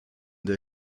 der